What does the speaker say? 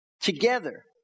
together